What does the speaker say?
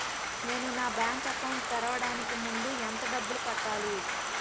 నేను నా bank account తెరవడానికి ముందు ఎంత డబ్బులు కట్టాలి?